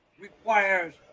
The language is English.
requires